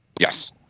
Yes